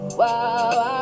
wow